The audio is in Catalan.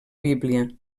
bíblia